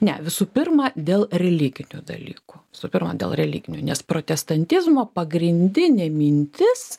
ne visų pirma dėl religinių dalykų visų pirma dėl religinių nes protestantizmo pagrindinė mintis